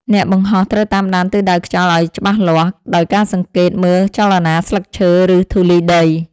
អ្នកបង្ហោះត្រូវតាមដានទិសដៅខ្យល់ឱ្យច្បាស់លាស់ ដោយការសង្កេតមើលចលនាស្លឹកឈើ ឬធូលីដី។